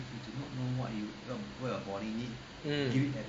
mm